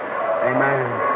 Amen